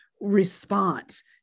response